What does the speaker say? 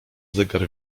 zegar